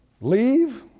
leave